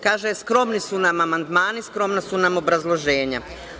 Kaže - skromni su nam amandmani, skromna su nam obrazloženja.